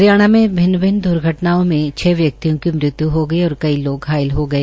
हरियाणा में भिन्न भिन्न द्र्घटनाओं में पांच व्यक्तियों की मृत्यु हो गई और कई लोग घायल हो गए